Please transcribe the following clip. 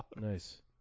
Nice